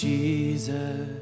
Jesus